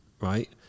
right